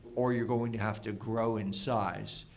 or you're going to have to grow in size,